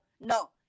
no